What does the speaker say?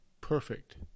perfect